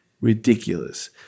ridiculous